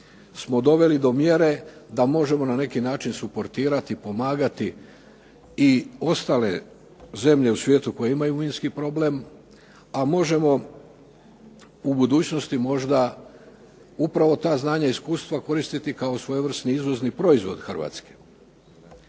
smo doveli do mjere da možemo na neki način suportirati, pomagati i ostale zemlje u svijetu koje imaju minski problem, a možemo u budućnosti možda upravo ta znanja i iskustva koristiti kao svojevrsni izvozni proizvod Hrvatske.